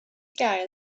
gael